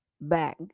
Bag